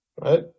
right